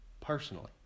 personally